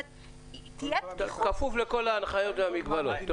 תהיה פתיחות --- בכפוף לכל ההנחיות והמגבלות.